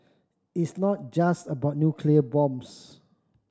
it's not just about nuclear bombs